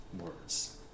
words